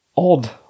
...odd